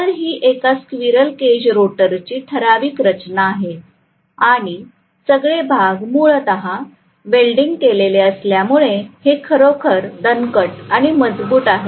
तर ही एका स्क्विरल केज रोटरची ठराविक रचना आहे आणि सगळे भाग मूलतः वेल्डिंग केलेले असल्यामुळे हे खरोखर दणकट आणि मजबूत आहे